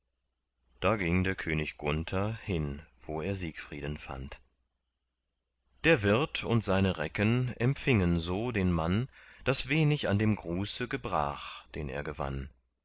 da ging der könig gunther hin wo er siegfrieden fand der wirt und seine recken empfingen so den mann daß wenig an dem gruße gebrach den er gewann